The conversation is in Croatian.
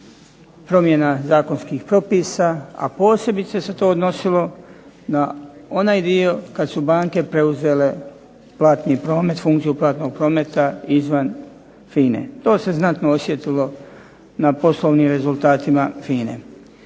promjena zakonskih propisa a posebice se to odnosilo na onaj dio kada su banke preuzele platni promet, funkciju platnog prometa izvan FINA-e, to se znatno osjetilo na poslovnim rezultatima FINA-e.